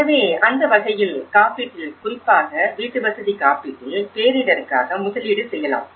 எனவே அந்த வகையில் காப்பீட்டில் குறிப்பாக வீட்டுவசதி காப்பீட்டில் பேரிடருக்காக முதலீடு செய்யலாம்